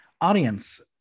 Audience